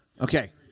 Okay